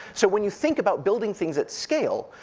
so when you think about building things at scale,